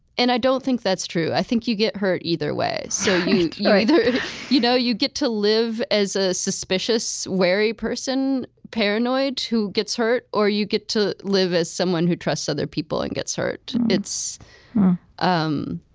and i don't think that's true. i think you get hurt either way so you know either you know you get to live as a suspicious, wary person, paranoid, who gets hurt, or you get to live as someone who trusts other people and gets hurt. um